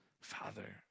Father